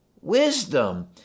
wisdom